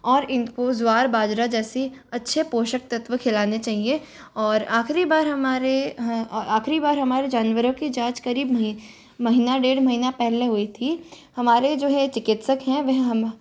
और इनको ज्वार बाजरा जैसे अच्छे पोषक तत्व खिलाने चाहिए और आखिरी बार हमारे आखिरी बार हमारे जानवरों की जाँच करीब ही महिना डेढ़ महिना पहले हुई थी हमारे जो है चिकित्सक हैं वह हम